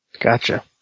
Gotcha